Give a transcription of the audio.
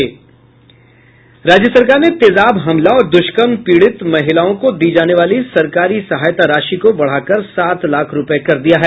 राज्य सरकार ने तेजाब हमला और दुष्कर्म पीड़ित महिलाओं को दी जाने वाली सरकारी सहायता राशि को बढ़ाकर सात लाख रूपये कर दिया है